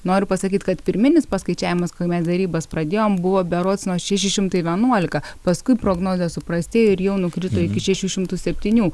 noriu pasakyt kad pirminis paskaičiavimas kol mes derybas pradėjom buvo berods nuo šeši šimtai vienuolika paskui prognozė suprastėjo ir jau nukrito iki šešių šimtų septynių